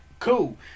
cool